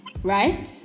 Right